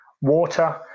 water